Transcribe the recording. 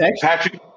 Patrick